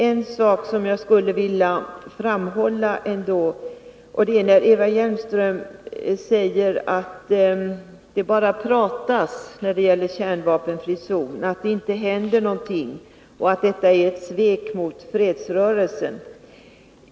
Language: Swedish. Herr talman! Jag vill egentligen inte ta upp någon polemik mot Eva Hjelmström, men det är en sak som jag skulle vilja framhålla ändå. Eva Hjelmström säger att det bara pratas om en kärnvapenfri zon men att det inte händer någonting och att detta är ett svek mot fredsrörelsen.